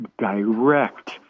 direct